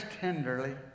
tenderly